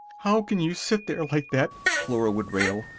how can you sit there like that! flora would rail.